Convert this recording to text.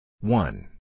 One